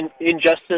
Injustice